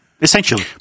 Essentially